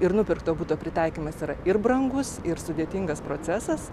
ir nupirkto buto pritaikymas yra ir brangus ir sudėtingas procesas